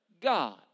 God